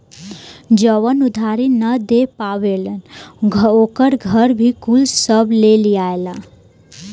जवन उधारी ना दे पावेलन ओकर घर भी कुल सब ले लियाला